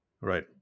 Right